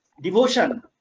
devotion